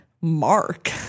Mark